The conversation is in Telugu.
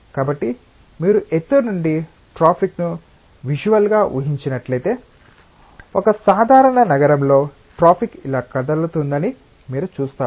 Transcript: కాబట్టి మీరు ఎత్తు నుండి ట్రాఫిక్ను విసువల్ గా ఊహించినట్లయితే ఒక సాధారణ నగరంలో ట్రాఫిక్ ఇలా కదులుతుందని మీరు చూస్తారు